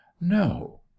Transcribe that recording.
no